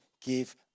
give